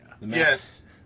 Yes